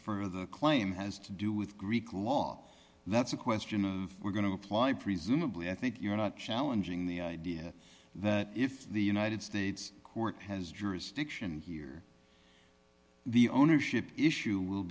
for the claim has to do with greek law that's a question we're going to apply presumably i think you're not challenging the idea that if the united states court has jurisdiction here the ownership issue will